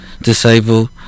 disabled